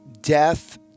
death